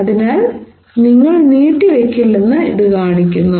അതിനാൽ നിങ്ങൾ നീട്ടിവെക്കില്ലെന്ന് ഇത് കാണിക്കുന്നു